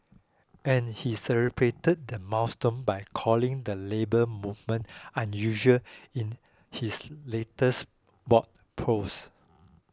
and he celebrated the milestone by calling the Labour Movement unusual in his latest blog post